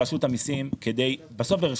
בסוף,